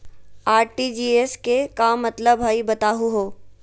RTGS के का मतलब हई, बताहु हो?